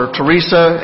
Teresa